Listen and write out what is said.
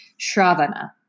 Shravana